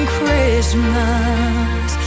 Christmas